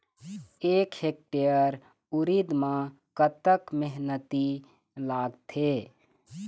एक हेक्टेयर उरीद म कतक मेहनती लागथे?